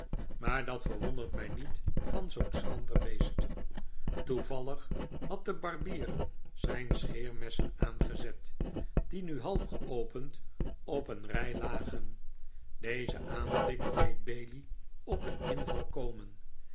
maar dat verwondert mij niet van zoo'n schrander beest toevallig had de barbier zijn scheermessen aangezet die nu half geopend op een rij lagen deze aanblik deed bailey op een inval komen